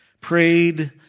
prayed